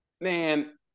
man